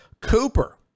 Cooper